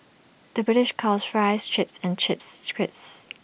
the British calls Fries Chips and chips crisps